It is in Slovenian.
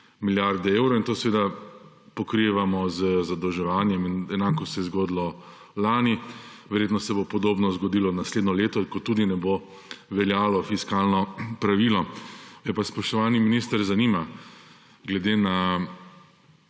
milijarde evrov in to seveda pokrivamo z zadolževanjem. Enako se je zgodilo lani, verjetno se bo podobno zgodilo naslednje leto, ko tudi ne bo veljalo fiskalno pravilo. Spoštovani minister, me pa zanima, glede na